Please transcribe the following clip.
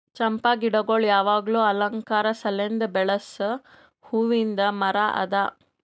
ಚಂಪಾ ಗಿಡಗೊಳ್ ಯಾವಾಗ್ಲೂ ಅಲಂಕಾರ ಸಲೆಂದ್ ಬೆಳಸ್ ಹೂವಿಂದ್ ಮರ ಅದಾ